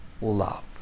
love